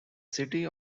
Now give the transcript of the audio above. city